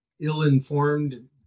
ill-informed